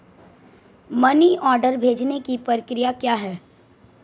Money order भेजने की प्रक्रिया क्या है?